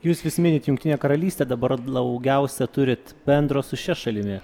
jūs vis minit jungtinę karalystę dabar daugiausia turit bendro su šia šalimi